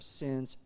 sins